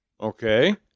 Okay